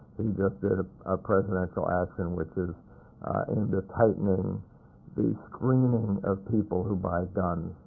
and he just did a presidential action which is aimed at tightening the screening of people who buy guns,